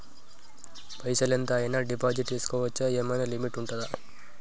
పైసల్ ఎంత అయినా డిపాజిట్ చేస్కోవచ్చా? ఏమైనా లిమిట్ ఉంటదా?